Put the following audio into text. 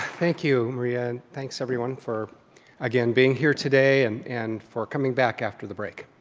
thank you maria, and thanks everyone for again being here today and and for coming back after the break.